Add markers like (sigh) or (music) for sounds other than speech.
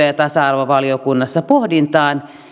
(unintelligible) ja tasa arvovaliokunnassa pohdintaan